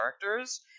characters